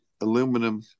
aluminum